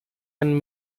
and